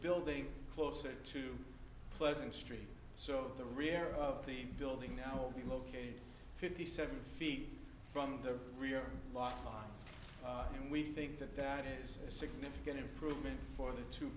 building closer to pleasant street so the rear of the building now will be located fifty seven feet from the rear lot and we think that that is a significant improvement for the two